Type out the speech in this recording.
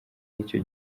y’icyo